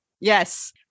Yes